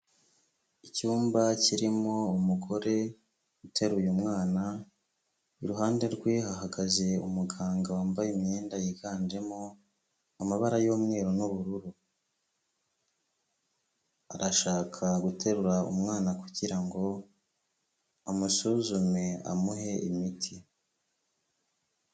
Icyumba kirimo umugore uteruye umwana, iruhande rwe hagaze umuganga wambaye imyenda yiganjemo amabara y'umweru n'ubururu, arashaka guterura umwana kugira ngo amusuzume, amuhe imiti.